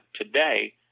today